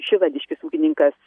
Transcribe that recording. šilališkis ūkininkas